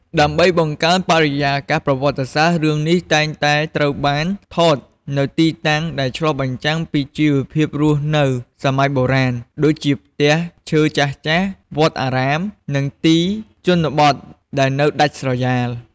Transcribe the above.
ដើម្បីបង្កើនបរិយាកាសប្រវត្តិសាស្ត្រ រឿងនេះតែងតែត្រូវបានថតនៅទីតាំងដែលឆ្លុះបញ្ចាំងពីជីវភាពរស់នៅសម័យបុរាណ ដូចជាផ្ទះឈើចាស់ៗ វត្តអារាម និងទីជនបទដែលនៅដាច់ស្រយាល។